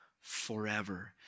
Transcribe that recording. forever